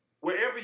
wherever